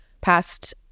past